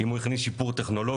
אם הוא הכניס שיפור טכנולוגי,